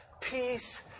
peace